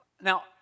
Now